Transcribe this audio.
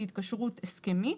היא התקשרות הסכמית.